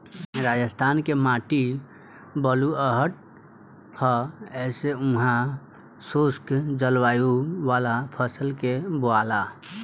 राजस्थान के माटी बलुअठ ह ऐसे उहा शुष्क जलवायु वाला फसल के बोआला